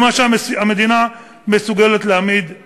גדולה יותר ממספר המסגרות שהמדינה מסוגלת להעמיד.